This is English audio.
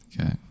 okay